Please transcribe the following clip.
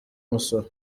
umusoro